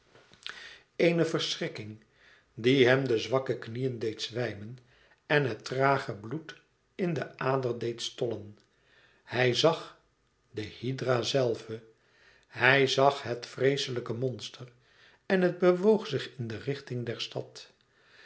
eene verschrikking die hem de zwakke knieën deed zwijmen en het trage bloed in den ader deed stollen hij zag de hydra zelve hij zag het vreeslijke monster en het bewoog zich in de richting der stad